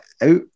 out